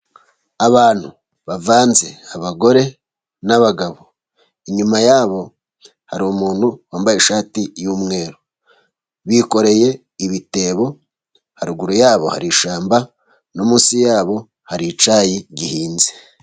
Abantu bavanze abagore, n'abagabo. Inyuma yabo hari umuntu wambaye ishati y'umweru, bikoreye ibitebo. Haruguru yabo hari ishyamba, no munsi yabo hari icyayi gihinze.